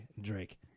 Drake